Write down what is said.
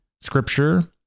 scripture